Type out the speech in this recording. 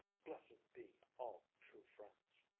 blessed be all true friends.